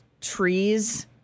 trees